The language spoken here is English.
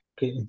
Okay